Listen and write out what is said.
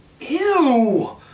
ew